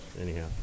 Anyhow